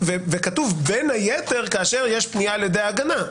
וכתוב: בין היתר כאשר יש פנייה על ידי ההגנה,